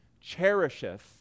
cherisheth